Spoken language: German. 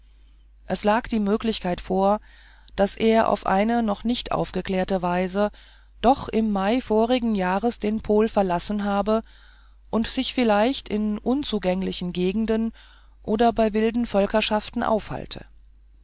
es läge die möglichkeit vor daß er auf eine noch nicht aufgeklärte weise doch im mai vorigen jahres den pol verlassen habe und sich vielleicht in unzugänglichen gegenden oder bei wilden völkerschaften aufhalte